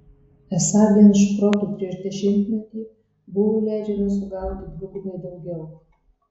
esą vien šprotų prieš dešimtmetį buvo leidžiama sugauti dvigubai daugiau